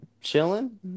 chilling